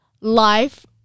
life